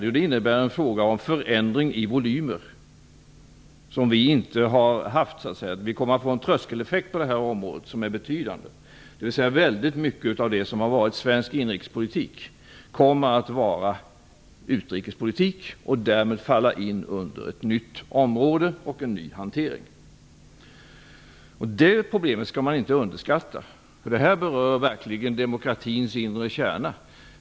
Jo, det innebär att det nu blir fråga om en förändring i volymer. Vi kommer på det här området att få en tröskeleffekt som är betydande, dvs. väldigt mycket av det som har varit svensk inrikespolitik kommer att bli utrikespolitik och därmed falla in under ett nytt område och en ny hantering. Det problemet skall man inte underskatta, för det berör verkligen demokratins inre kärna.